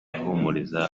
ahumuriza